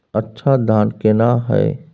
अच्छा धान केना हैय?